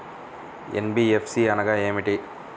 NBFC అనగా ఏమిటీ?